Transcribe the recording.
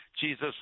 Jesus